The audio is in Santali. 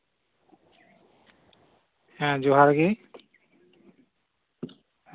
ᱦᱮᱸ ᱡᱚᱦᱟᱨ ᱜᱤ